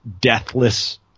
deathless